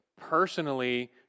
personally